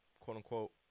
quote-unquote